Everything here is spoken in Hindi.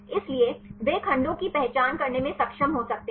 इसलिए वे खंडों की पहचान करने में सक्षम हो सकते हैं